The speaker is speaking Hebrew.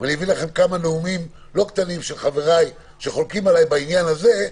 אביא לכם כמה נאומים לא קטנים של חבריי שחולקים עלי בעניין הזה,